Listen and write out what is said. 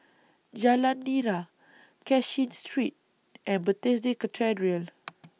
Jalan Nira Cashin Street and Bethesda Cathedral